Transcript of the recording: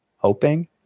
Hoping